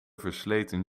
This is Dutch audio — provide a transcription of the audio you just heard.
versleten